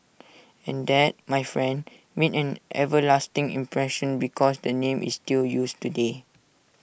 and that my friend made an everlasting impression because the name is still used today